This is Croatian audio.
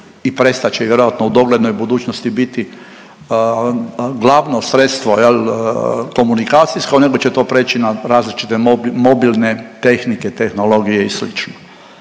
i prestat će vjerojatno u doglednoj budućnosti biti glavno sredstvo, je li, komunikacijsko, nego će to preći na različite mobilne tehnike, tehnologije i sl.